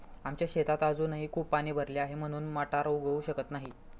आमच्या शेतात अजूनही खूप पाणी भरले आहे, म्हणून मटार उगवू शकत नाही